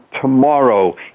tomorrow